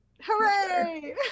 hooray